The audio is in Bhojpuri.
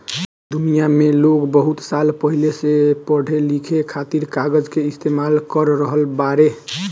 दुनिया में लोग बहुत साल पहिले से पढ़े लिखे खातिर कागज के इस्तेमाल कर रहल बाड़े